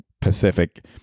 Pacific